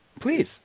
Please